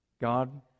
God